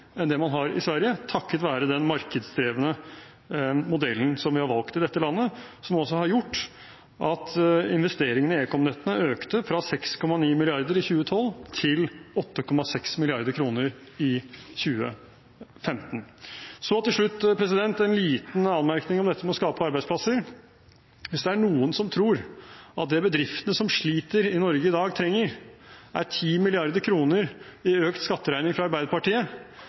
enn det man har i Sverige – takket være den markedsdrevne modellen som vi har valgt i dette landet, og som også har gjort at investeringene i ekom-nettene økte fra 6,9 mrd. kr i 2012 til 8,6 mrd. kr i 2015. Til slutt en liten anmerkning om dette med å skape arbeidsplasser: Hvis det er noen som tror at det bedriftene som sliter i Norge i dag, trenger, er 10 mrd. kr i økt skatteregning fra Arbeiderpartiet,